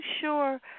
sure